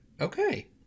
okay